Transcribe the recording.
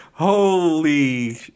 Holy